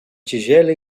tigela